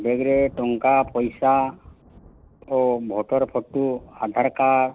ବେଗ୍ରେ ଟଙ୍କା ପଇସା ଓ ଭୋଟର୍ ଫଟୋ ଓ ଆଧାର କାର୍ଡ୍